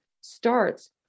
starts